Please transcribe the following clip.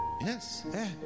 Yes